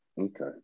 Okay